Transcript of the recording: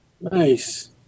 Nice